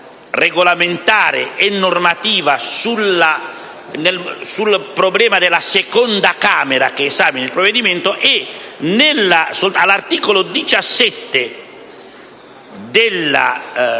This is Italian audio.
e normativa sul problema della seconda Camera che esamina il provvedimento - all'articolo 17 ha previsto